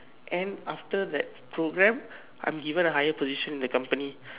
and after that program I will be given a high position in the company